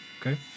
Okay